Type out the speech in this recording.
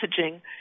messaging